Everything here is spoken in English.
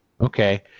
okay